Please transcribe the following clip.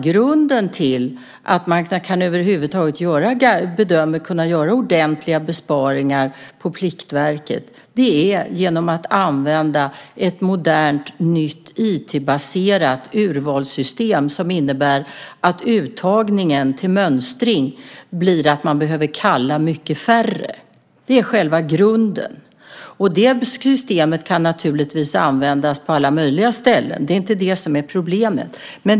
Grunden till att man över huvud taget bedömer att man kan göra ordentliga besparingar på Pliktverket är att man använder ett modernt IT-baserat urvalssystem som innebär att man behöver kalla mycket färre till uttagning till mönstring. Det är grunden. Det systemet kan naturligtvis användas på alla möjliga ställen. Det är inte det som är problemet.